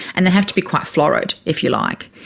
and they have to be quite florid, if you like,